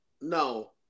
No